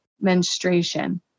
menstruation